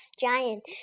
giant